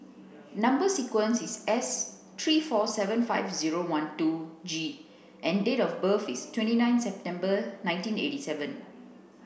number sequence is S three four seven five zero one two G and date of birth is twenty nine September nineteen eight seven